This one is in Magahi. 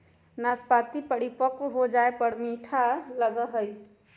नाशपतीया परिपक्व हो जाये पर मीठा लगा हई